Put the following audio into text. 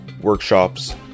workshops